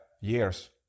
years